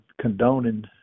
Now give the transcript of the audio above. condoning